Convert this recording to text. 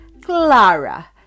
Clara